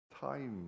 time